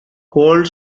cold